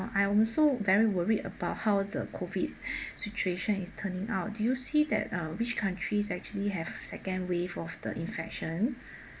I also very worried about how the COVID situation is turning out do you see that uh which countries actually have second wave of the infection